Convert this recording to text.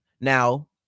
now